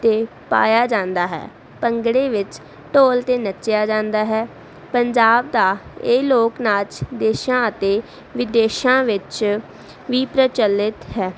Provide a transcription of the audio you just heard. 'ਤੇ ਪਾਇਆ ਜਾਂਦਾ ਹੈ ਭੰਗੜੇ ਵਿੱਚ ਢੋਲ 'ਤੇ ਨੱਚਿਆ ਜਾਂਦਾ ਹੈ ਪੰਜਾਬ ਦਾ ਇਹ ਲੋਕ ਨਾਚ ਦੇਸ਼ਾਂ ਅਤੇ ਵਿਦੇਸ਼ਾਂ ਵਿੱਚ ਵੀ ਪ੍ਰਚਲਿਤ ਹੈ